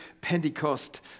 Pentecost